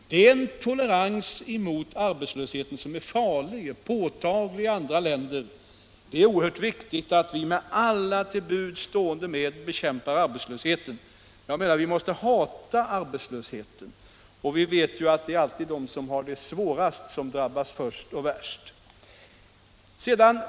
Det är en tolerans mot arbetslösheten som är farlig och påtaglig i andra länder. Det är oerhört viktigt att vi med alla till buds stående medel bekämpar arbetslöshet. Jag menar att vi måste hata arbetslösheten. Vi vet att det är alltid de som har det svårast som drabbas först och värst.